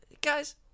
guys